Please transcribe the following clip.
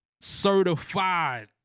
Certified